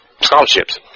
scholarships